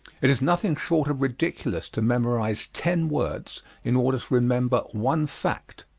it is nothing short of ridiculous to memorize ten words in order to remember one fact.